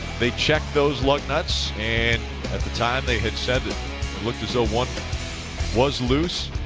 they check those lug nuts and at the time they had said it looked as though one was loose.